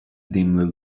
dimly